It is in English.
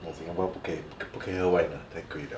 in Singapore 不可以不不可以喝 wine lah 太贵 liao